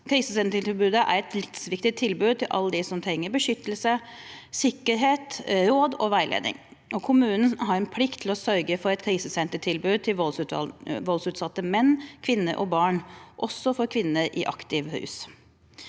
Krisesentertilbudet er et livsviktig tilbud til alle dem som trenger beskyttelse, sikkerhet, råd og veiledning, og kommunen har en plikt til å sørge for et krisesentertilbud til voldsutsatte menn, kvinner og barn, også for kvinner i aktiv rus.